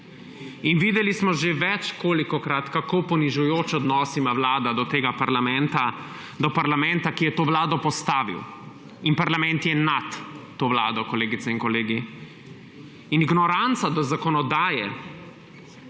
Videli smo že večkrat, kako ponižujoč odnos ima vlada do tega parlamenta, do parlamenta, ki je to vlado postavil. In parlament je nad to vlado, kolegice in kolegi. Ignoranca do zakonodaje,